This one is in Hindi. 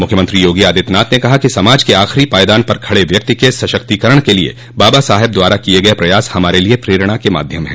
मुख्यमंत्री योगी आदित्यनाथ ने कहा कि समाज के आखिरी पायदान पर खड़े व्यक्ति के सशक्तिकरण के लिए बाबा साहब द्वारा किये गये प्रयास हमारे लिए प्रेरणा का माध्यम है